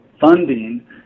funding